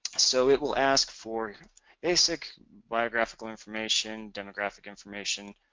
so, it will ask for basic biographical information, demographic information,